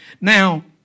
Now